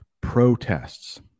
Protests